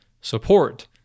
support